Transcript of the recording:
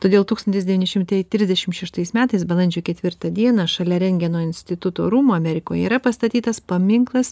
todėl tūkstantis devyni šimtai trisdešim šeštais metais balandžio ketvirtą dieną šalia rentgeno instituto rūmų amerikoje yra pastatytas paminklas